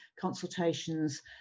consultations